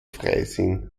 freising